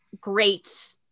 great